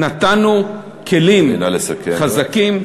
נא לסכם.